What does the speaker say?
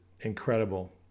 incredible